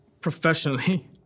professionally